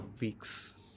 weeks